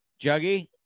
Juggy